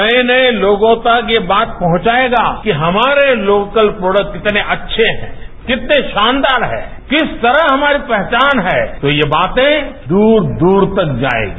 नये नये लोगों तक ये बात पहुंचाएगा कि हमारे लोकल प्रोडक्ट कितने अच्छे हैं कितने शानदार हैं किस तरह हमारी पहचान है तो यह बातें दुर दुर तक जायेगी